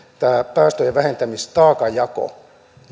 tämä päästöjen vähentämisen taakanjako